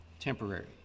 temporary